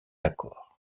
accord